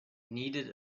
needed